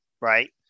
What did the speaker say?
Right